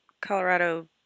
Colorado